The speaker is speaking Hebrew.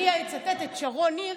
אני אצטט את שרון ניר,